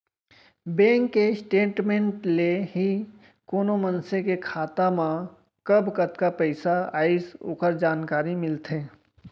bank के statement ले ही कोनो मनसे के खाता मा कब कतका पइसा आइस ओकर जानकारी मिलथे